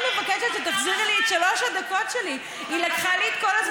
רק בגלל שכולם עם ז'קטים צריך להקפיא את החדרים,